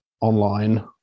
online